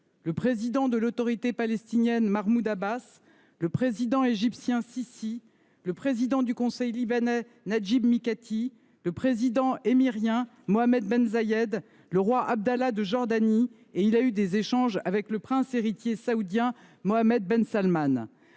le président de l’Autorité palestinienne Mahmoud Abbas, le président égyptien Sissi, le président du Conseil libanais Najib Mikati, le président émirien Mohammed ben Zayed, et le roi Abdallah de Jordanie. Il a également eu des échanges avec le prince héritier saoudien Mohammed ben Salmane.